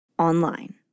online